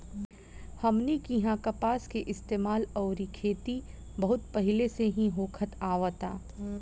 हमनी किहा कपास के इस्तेमाल अउरी खेती बहुत पहिले से ही होखत आवता